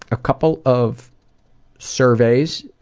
a couple of surveys.